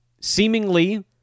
seemingly